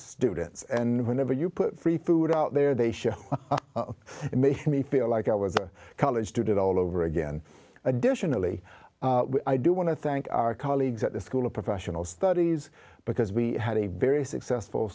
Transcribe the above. students and whenever you put free food out there they should make me feel like i was a college student all over again additionally i do want to thank our colleagues at the school of professional studies because we had a very successful